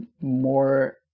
more